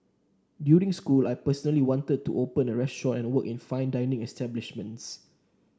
during school I personally wanted to open a restaurant and work in fine dining establishments